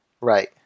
Right